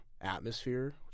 atmosphere